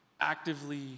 actively